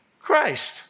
Christ